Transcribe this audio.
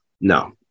No